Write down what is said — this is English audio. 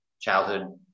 childhood